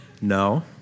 No